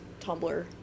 Tumblr